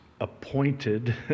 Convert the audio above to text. appointed